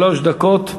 שלוש דקות.